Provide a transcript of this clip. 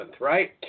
right